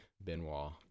Benoit